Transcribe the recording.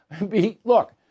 Look